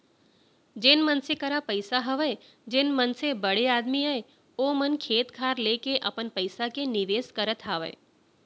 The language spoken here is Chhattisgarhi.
जेन मनसे करा पइसा हवय जेन मनसे बड़े आदमी अय ओ मन खेत खार लेके अपन पइसा के निवेस करत हावय